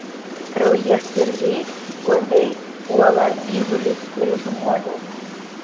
kraujasiurbiai uodai puola gyvulius ir žmones